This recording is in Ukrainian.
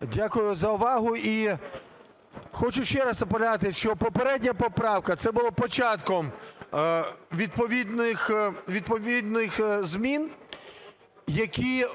Дякую за увагу. Хочу ще раз наполягати, що попередня поправка – це було початком відповідних змін, які